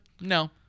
No